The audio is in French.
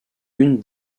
une